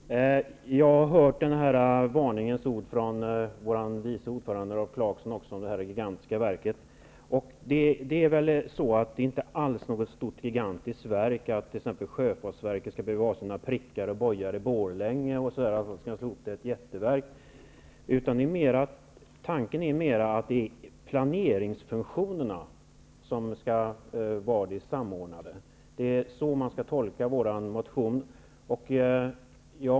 Herr talman! Jag har hört dessa varningens ord även från vår vice ordförande Rolf Clarkson om det gigantiska verket. Det är inte meningen att det skall bli ett gigantiskt verk. Sjöfartsverket skall t.ex. inte behöva ha sina prickar och bojar i Borlänge. Tanken är mera att planeringsfunktionerna skall vara samordnade. Det är så man skall tolka vår motion.